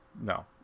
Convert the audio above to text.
no